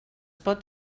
pot